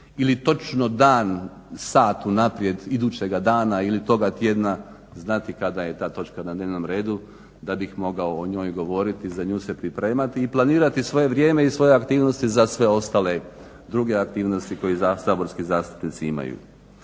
ili točno dan, sat unaprijed idućega dana ili toga tjedna znati kada je ta točka na dnevnom redu da bi mogao o njoj govoriti, za nju se pripremati i planirati svoje vrijeme i svoje aktivnosti za sve ostale druge aktivnosti koje saborski zastupnici imaju.